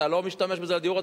אתה לא משתמש בזה לדיור הציבורי,